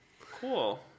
cool